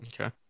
Okay